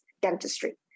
dentistry